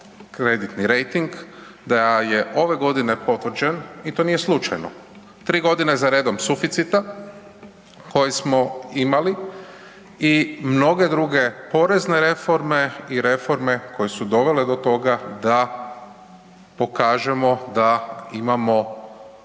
kreditni rejting, da je ove godine potvrđen i to nije slučajnom, 3 g. za redom suficita koji smo imali i mnoge druge porezne reforme i reforme koje su dovele do toga da pokažemo da imamo